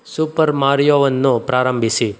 super ಮಾರಿಯೋವನ್ನು ಪ್ರಾರಂಭಿಸಿ